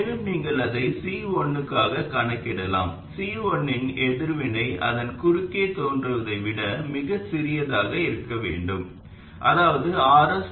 மேலும் நீங்கள் அதை C1 க்காகக் கணக்கிடலாம் C1 இன் எதிர்வினை அதன் குறுக்கே தோன்றுவதை விட மிகச் சிறியதாக இருக்க வேண்டும் அதாவது Rs1gm